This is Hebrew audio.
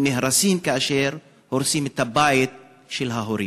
נהרסים כאשר הורסים את הבית של ההורים.